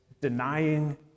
denying